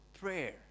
prayer